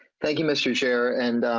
thank you mister chair and